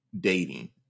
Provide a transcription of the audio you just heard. dating